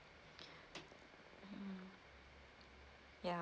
ya